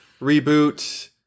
reboot